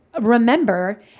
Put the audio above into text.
remember